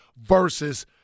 versus –